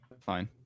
fine